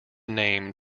name